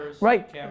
right